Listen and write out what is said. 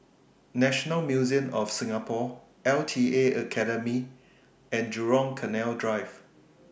National Museum of Singapore LTA Academy and Jurong Canal Drive